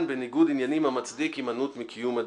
בניגוד עניינים המצדיק הימנעות מקיום הדיון'.